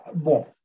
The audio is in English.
Bon